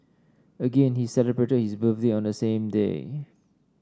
again he celebrated his birthday on the same day